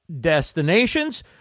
destinations